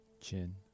chin